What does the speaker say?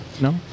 No